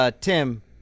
Tim